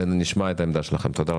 נפסקה בשעה 12:45 ונתחדשה בשעה 13:23.)